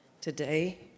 today